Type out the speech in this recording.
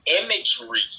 imagery